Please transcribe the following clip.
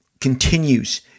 continues